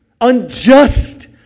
unjust